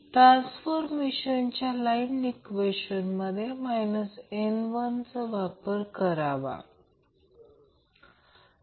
तर quality factor Qω0 LR आहे